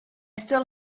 still